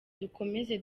dukomeze